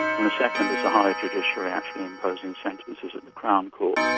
and the second is the higher judiciary actually imposing sentences at the crown court,